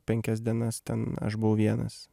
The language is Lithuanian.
penkias dienas ten aš buvau vienas